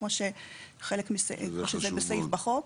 כמו בסעיף בחוק.